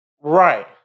Right